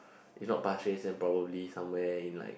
if not Pasir-Ris then probably somewhere in like